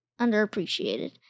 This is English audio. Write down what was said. Underappreciated